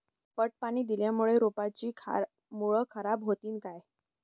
पट पाणी दिल्यामूळे रोपाची मुळ खराब होतीन काय?